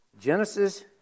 Genesis